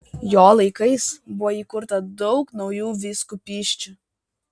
jo laikais buvo įkurta daug naujų vyskupysčių